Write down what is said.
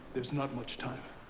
there's not much time.